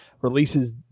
releases